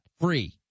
free